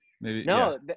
No